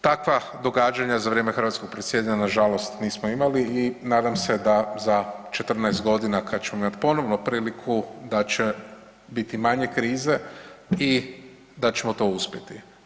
Takva događanja za vrijeme hrvatskog predsjedanja na žalost nismo imali i nadam se da za 14 godina kada ćemo imati ponovno priliku da će biti manje krize i da ćemo to uspjeti.